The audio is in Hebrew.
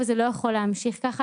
זה לא יכול להמשיך ככה,